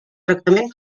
tractament